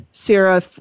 Sarah